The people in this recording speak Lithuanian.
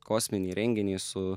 kosminį įrenginį su